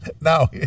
No